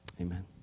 amen